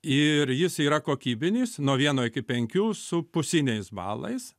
ir jis yra kokybinis nuo vieno iki penkių su pusiniais balais